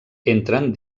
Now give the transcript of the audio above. entren